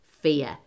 fear